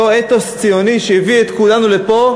אותו אתוס ציוני שהביא את כולנו לפה,